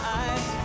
eyes